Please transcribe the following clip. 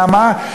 למה?